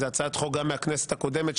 זו הצעת חוק גם מהכנסת הקודמת,